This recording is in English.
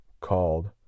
called